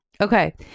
Okay